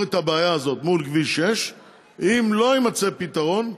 את הבעיה הזאת מול כביש 6. אם לא יימצא פתרון,